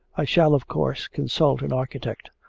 i shall of course consult an architect,